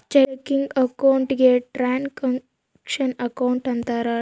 checking account ಗೆ transaction account ಅಂತಾರ